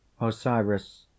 Osiris